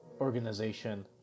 organization